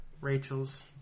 Rachel's